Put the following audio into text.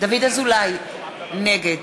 דוד אזולאי, נגד